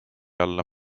alla